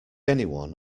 anyone